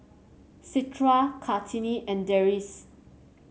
Citra Kartini and Deris